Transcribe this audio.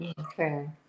okay